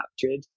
captured